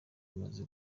imaze